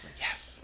yes